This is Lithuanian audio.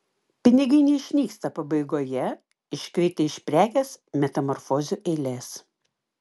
pinigai neišnyksta pabaigoje iškritę iš prekės metamorfozių eilės